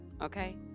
okay